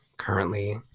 Currently